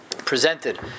presented